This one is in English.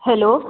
hello